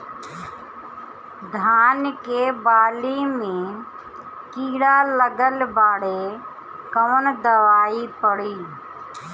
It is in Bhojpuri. धान के बाली में कीड़ा लगल बाड़े कवन दवाई पड़ी?